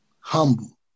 humble